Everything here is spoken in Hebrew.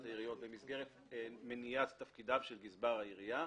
העיריות במסגרת מניית תפקידיו של גזבר העירייה,